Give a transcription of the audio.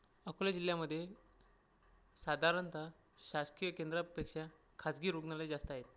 अकोला जिल्ह्यामधे साधारणत शासकीय केंद्रापेक्षा खाजगी रुग्णालयं जास्त आहेत